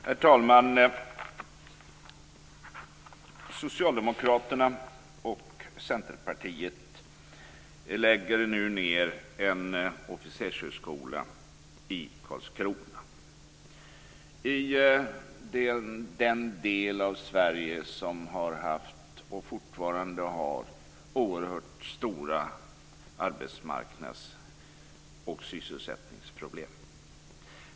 Herr talman! Socialdemokraterna och Centerpartiet lägger nu ned officershögskolan i Karlskrona, i den del av Sverige som har haft och fortfarande har oerhört stora arbetsmarknads och sysselsättningsproblem.